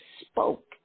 spoke